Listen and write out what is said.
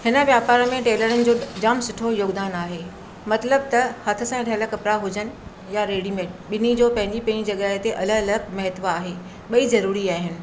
हिन वापार में टेलरनि जो जाम सुठो योगदान आहे मतिलब त हथ सां ठहियल कपिड़ा हुजनि या रेडीमेड ॿिनी जो पंहिंजी पंहिंजी जॻहि ते अलॻि अलॻि महत्व आहे ॿई ज़रूरी आहिनि